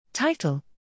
Title